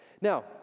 Now